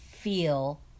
feel